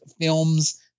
films